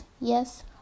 Yes